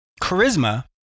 charisma